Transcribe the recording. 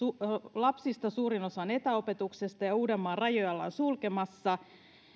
lapsista suurin osa on etäopetuksessa ja uudenmaan rajoja ollaan sulkemassa